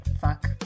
fuck